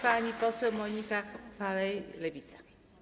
Pani poseł Monika Falej, Lewica.